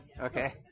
Okay